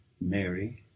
mary